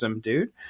dude